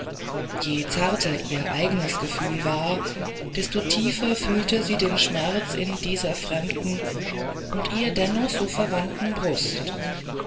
je zarter ihr eigenes gefühl war desto tiefer fühlte sie den schmerz in dieser fremden und ihr dennoch so verwandten brust